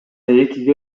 экиге